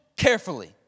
carefully